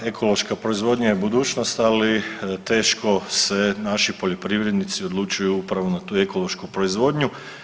Da, ekološka proizvodnja je budućnost ali teško se naši poljoprivrednici odlučuju upravo na tu ekološku proizvodnju.